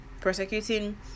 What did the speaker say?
prosecuting